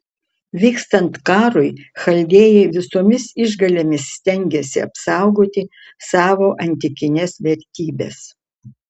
vykstant karui chaldėjai visomis išgalėmis stengiasi apsaugoti savo antikines vertybes